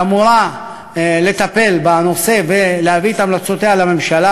והיא אמורה לטפל בנושא ולהביא לממשלה